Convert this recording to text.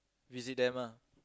visit them lah